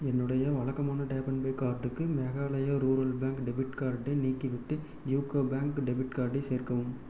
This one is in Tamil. என்னுடைய வழக்கமான டேப் அன்ட் பே கார்டுக்கு மேகாலயா ரூரல் பேங்க் டெபிட் கார்டை நீக்கிவிட்டு யூகோ பேங்க் டெபிட் கார்டை சேர்க்கவும்